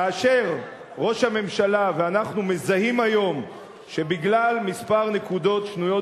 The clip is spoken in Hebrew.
כאשר ראש הממשלה ואנחנו מזהים היום שבגלל כמה נקודות שנויות